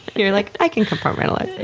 you're like, i can compartmentalize.